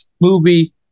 movie